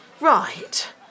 right